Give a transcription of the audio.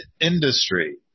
industry